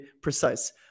precise